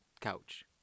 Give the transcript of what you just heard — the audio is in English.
couch